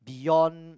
beyond